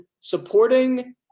supporting